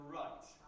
right